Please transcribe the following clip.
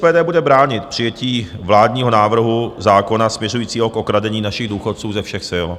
Hnutí SPD bude bránit přijetí vládního návrhu zákona směřujícího k okradení našich důchodců ze všech sil.